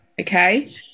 okay